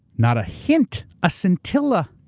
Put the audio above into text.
not a hint, a scintilla,